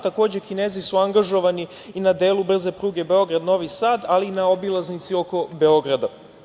Takođe, Kinezi su angažovani i na delu brze pruge Beograd-Novi Sad, ali i na obilaznici oko Beograda.